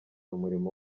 umurimo